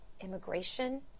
immigration